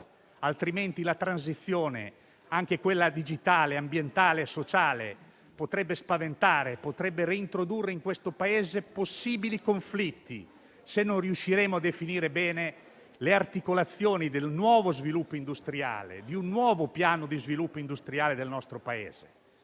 Diversamente, la transizione, anche quella digitale, ambientale e sociale, potrebbe spaventare e reintrodurre in questo Paese possibili conflitti se non riusciremo a definire bene le articolazioni del nuovo sviluppo industriale, di un nuovo piano di sviluppo industriale del nostro Paese.